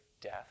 death